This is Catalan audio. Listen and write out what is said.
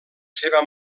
seva